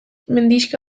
mendixka